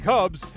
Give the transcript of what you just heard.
Cubs